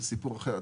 זה סיפור אחר.